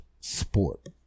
sport